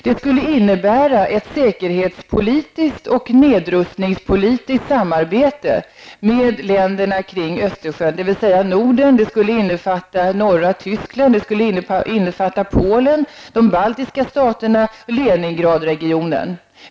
Det skulle innebära ett säkerhetspolitiskt och nedrustningspolitiskt samarbete med länderna kring Östersjön, dvs. Norden. Det skulle också innefatta norra Tyskland, Polen, de baltiska staterna och Leningradregionen.